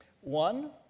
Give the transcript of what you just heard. One